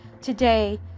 today